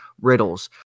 riddles